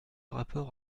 rapport